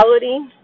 reality